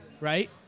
Right